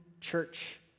church